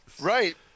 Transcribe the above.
Right